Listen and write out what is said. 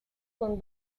con